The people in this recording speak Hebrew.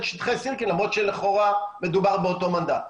לשטחי סירקין למרות שלכאורה מדובר באותו מנדט.